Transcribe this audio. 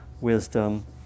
wisdom